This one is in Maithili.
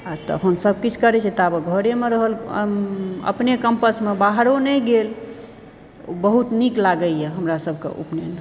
आ तहन सभ किछ करैत छै ताबऽ घरेमऽ रहल अपने कम्प्समऽ बाहरो नहि गेल बहुत नीक लागैतए हमरा सभकऽ उपनयन